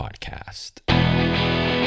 Podcast